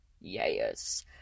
Yes